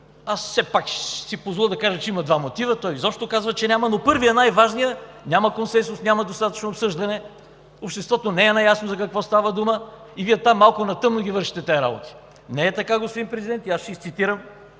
аз все пак ще си позволя да кажа, че има два мотива, той казва, че няма, но първият и най-важният, че няма консенсус, няма достатъчно обсъждане, обществото не е наясно за какво става дума и Вие там малко на тъмно ги вършите тези работи. Не е така, господин Президент, и аз ще изцитирам